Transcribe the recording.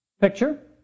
picture